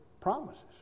promises